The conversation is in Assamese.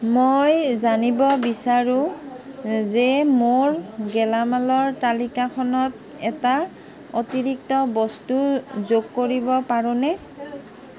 মই জানিব বিচাৰোঁ যে মোৰ গেলামালৰ তালিকাখনত এটা অতিৰিক্ত বস্তু যোগ কৰিব পাৰোনে